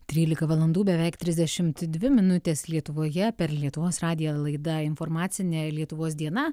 trylika valandų beveik trisdešimt dvi minutės lietuvoje per lietuvos radiją laida informacinė lietuvos diena